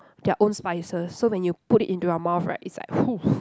their own spices so when you put it into your mouth right it's like !hoo!